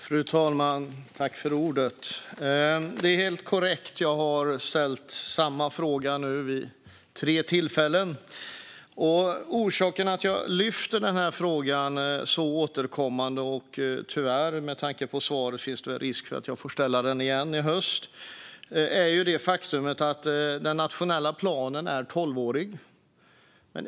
Fru talman! Det är helt korrekt att jag har ställt samma fråga vid tre tillfällen. Orsaken till att jag har lyft upp frågan så återkommande - och tyvärr finns det med tanke på svaret en risk att jag får ställa frågan igen i höst - är det faktum att den nationella planen är tolvårig.